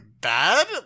bad